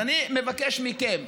אני מבקש מכם,